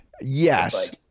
Yes